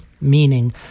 meaning